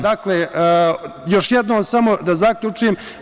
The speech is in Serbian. Dakle, još jednom samo da zaključim.